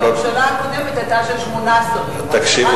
אפשר לחשוב שהממשלה הקודמת היתה של שמונה שרים או עשרה שרים,